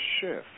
shift